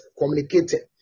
communicating